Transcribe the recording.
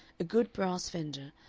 a good brass fender,